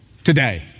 Today